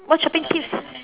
what shopping tips